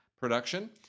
production